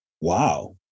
wow